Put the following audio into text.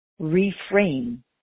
Reframe